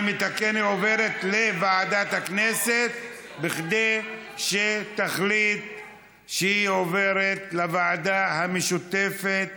אני מתקן: היא עוברת לוועדת הכנסת כדי שתחליט שהיא עוברת לוועדה המשותפת